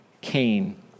Cain